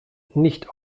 nicht